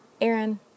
Aaron